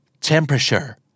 temperature